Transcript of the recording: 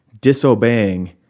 disobeying